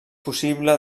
possible